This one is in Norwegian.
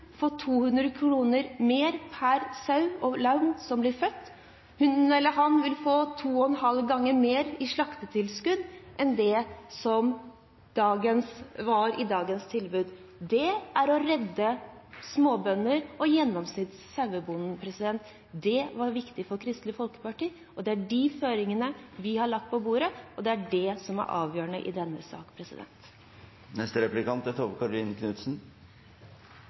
få 200 kr mer per lam som blir født, han eller hun vil få 2,5 ganger mer i slaktetilskudd enn det som lå i dagens tilbud. Det er å redde småbønder og gjennomsnittssauebonden. Det var viktig for Kristelig Folkeparti. Det er de føringene vi har lagt på bordet, og det er det som er avgjørende i denne